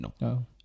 no